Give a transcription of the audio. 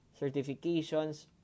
certifications